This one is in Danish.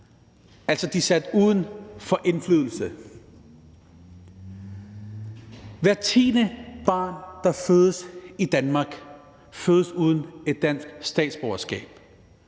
De er sat uden for indflydelse. Hvert tiende barn, der fødes i Danmark, fødes uden et dansk statsborgerskab,